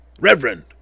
Reverend